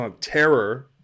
terror